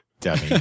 Dummy